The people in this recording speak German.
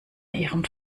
ihrem